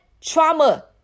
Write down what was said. Trauma